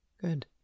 good